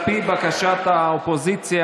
על פי בקשת האופוזיציה,